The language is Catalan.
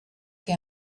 que